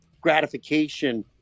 gratification